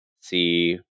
see